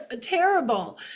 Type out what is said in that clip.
terrible